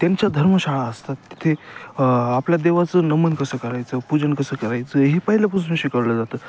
त्यांच्या धर्मशाळा असतात तिथे आपल्या देवाचं नमन कसं करायचं पूजन कसं करायचं हे पहिल्यापासून शिकवलं जातं